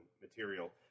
material